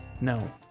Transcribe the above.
No